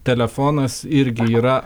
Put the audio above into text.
telefonas irgi yra